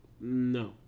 No